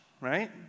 right